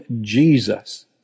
Jesus